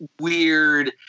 weird